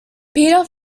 peter